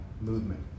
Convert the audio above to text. movement